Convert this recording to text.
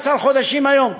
17 חודשים היום,